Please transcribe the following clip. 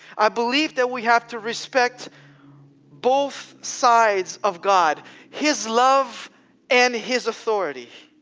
i believe that we have to respect both sides of god his love and his authority.